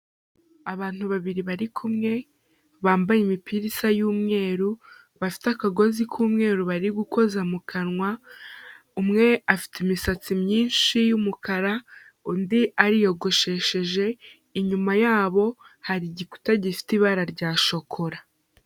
Abantu babiri bari kumwe, bambaye imipira isa y'umweru, bafite akagozi k'umweru bari gukoza mu kanwa, umwe afite imisatsi myinshi y'umukara, undi ariyogosheje, inyuma yabo hari igikuta gifite ibara rya shokora.